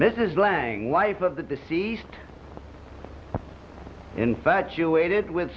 mrs lange wife of the deceased infatuated with